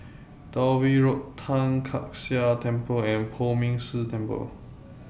Dalvey Road Tai Kak Seah Temple and Poh Ming Tse Temple